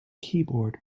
keyboard